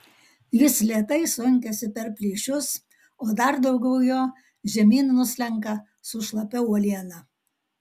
jis lėtai sunkiasi per plyšius o dar daugiau jo žemyn nuslenka su šlapia uoliena